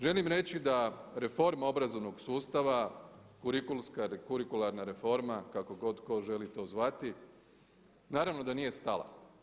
Želim reći da reforma obrazovnog sustava, kurikulska ili kurikularna reforma, kako god tko želi to zvati, naravno da nije stala.